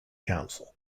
council